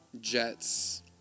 Jets